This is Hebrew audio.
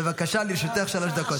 בבקשה, לרשותך שלוש דקות.